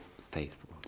faithful